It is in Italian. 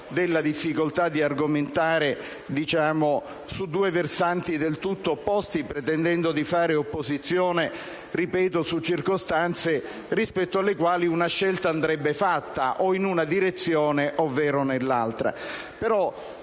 della difficoltà di argomentare su due versanti del tutto opposti pretendendo di fare opposizione su circostanze rispetto alle quali una scelta andrebbe fatta in una direzione o nell'altra.